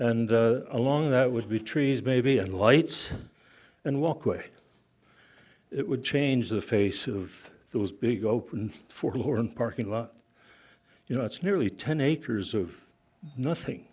and along that would be trees baby and lights and walkway it would change the face of those big open for one parking lot you know it's nearly ten acres of nothing